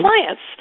clients